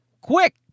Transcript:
quick